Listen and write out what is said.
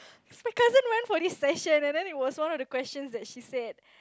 my cousin went for this session and then it was one of the questions that she failed